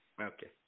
Okay